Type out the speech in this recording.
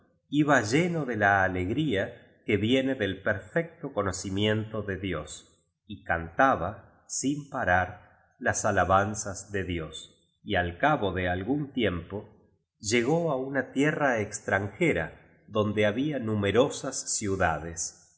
iba lleno de la alegría que viene del perfecto conocimiento de dios y cantaba sin parar las alabanzas de dios y al cabo de algún tiempo llegó á una tierra extranjera tí nde había numerosas ciudades